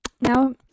now